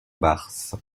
barse